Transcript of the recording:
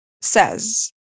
says